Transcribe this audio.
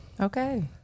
Okay